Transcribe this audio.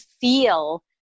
feel